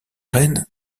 rennes